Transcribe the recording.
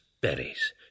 berries